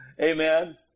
Amen